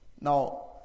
Now